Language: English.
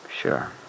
sure